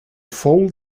fold